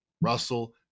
Russell